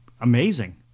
amazing